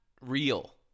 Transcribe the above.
real